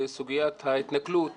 סוגיית ההתנכלות